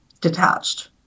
detached